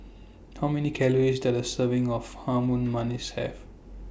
How Many Calories Does A Serving of Harum Manis Have